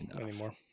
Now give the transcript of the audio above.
anymore